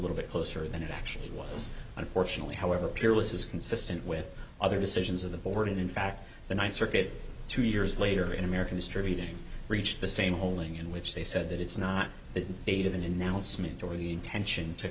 little bit closer than it actually was unfortunately however peerless is consistent with other decisions of the board in fact the ninth circuit two years later in american history beating reached the same holding in which they said that it's not the date of an announcement or the intention to